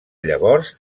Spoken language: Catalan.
llavors